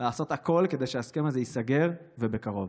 לעשות הכול כדי שההסכם הזה ייסגר, ובקרוב.